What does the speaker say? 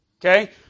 Okay